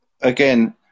again